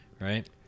Right